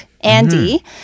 Andy